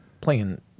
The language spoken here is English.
playing